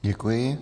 Děkuji.